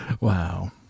Wow